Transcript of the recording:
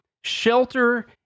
shelter